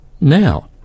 now